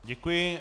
Děkuji.